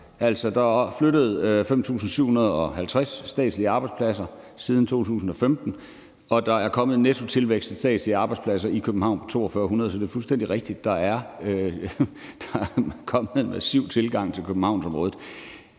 der er flyttet 5.750 statslige arbejdspladser siden 2015, og der er kommet en nettotilvækst af statslige arbejdspladser i København på 4.200. Så det er fuldstændig rigtigt: Der er kommet en massiv tilgang til Københavnsområdet.